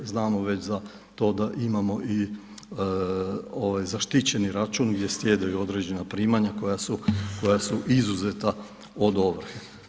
Znamo već za to da imamo i ovaj zaštićeni račun gdje sjedaju određena primanja koja su izuzeta od ovrhe.